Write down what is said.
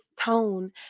tone